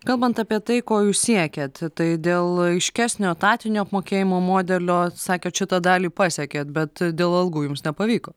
kalbant apie tai ko jūs siekiat tai dėl aiškesnio etatinio apmokėjimo modelio sakėt šitą dalį pasekėt bet dėl algų jums nepavyko